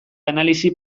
analisi